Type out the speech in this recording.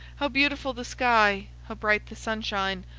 how beautiful the sky, how bright the sunshine,